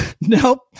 Nope